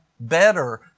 Better